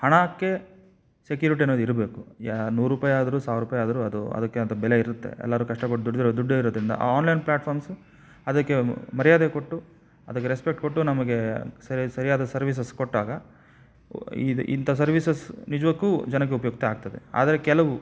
ಹಣಕ್ಕೆ ಸೆಕ್ಯುರಿಟಿ ಅನ್ನೋದಿರಬೇಕು ಯಾ ನೂರು ರೂಪಾಯಿ ಆದ್ರು ಸಾವಿರ ರೂಪಾಯಿ ಆದರೂ ಅದು ಅದಕ್ಕೆ ಅಂತ ಬೆಲೆ ಇರುತ್ತೆ ಎಲ್ಲರೂ ಕಷ್ಟಪಟ್ಟು ದುಡಿದಿರೋ ದುಡ್ಡು ಇರೋದರಿಂದ ಆ ಆನ್ಲೈನ್ ಪ್ಲ್ಯಾಟ್ಫಾರ್ಮ್ಸು ಅದಕ್ಕೆ ಮರ್ಯಾದೆ ಕೊಟ್ಟು ಅದಕ್ಕೆ ರೆಸ್ಪೆಕ್ಟ್ ಕೊಟ್ಟು ನಮಗೆ ಸರಿಯಾದ ಸರಿಯಾದ ಸರ್ವೀಸಸ್ ಕೊಟ್ಟಾಗ ಇದು ಇಂಥ ಸರ್ವೀಸಸ್ ನಿಜಕ್ಕು ಜನಕ್ಕೆ ಉಪಯುಕ್ತ ಆಗ್ತದೆ ಆದರೆ ಕೆಲವು